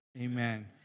amen